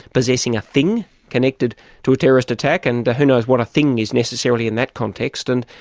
possessing a thing connected to a terrorist attack, and who knows what a thing is necessarily in that context, and,